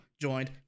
joined